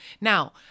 Now